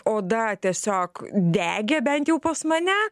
oda tiesiog degė bent jau pas mane